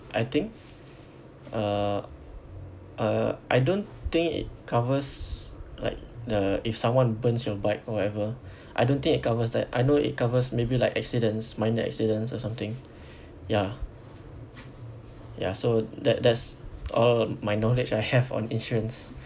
I think uh uh I don't think it covers like the if someone burns your bike or whatever I don't think it covers that I know it covers maybe like accidents minor accidents or something ya ya so that that's all my knowledge I have on insurance